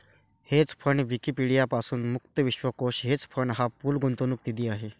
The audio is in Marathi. हेज फंड विकिपीडिया पासून मुक्त विश्वकोश हेज फंड हा पूल गुंतवणूक निधी आहे